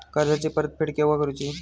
कर्जाची परत फेड केव्हा करुची?